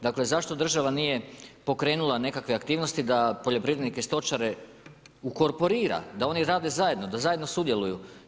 Dakle, zašto država nije pokrenula nekakve aktivnosti da poljoprivrednike i stočare ukorporira da oni rade zajedno, da zajedno sudjeluju.